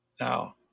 now